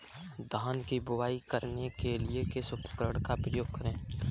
धान की बुवाई करने के लिए किस उपकरण का उपयोग करें?